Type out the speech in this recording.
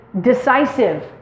decisive